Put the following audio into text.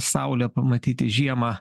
saulę pamatyti žiemą